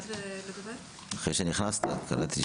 אחרי שנכנסת קלטתי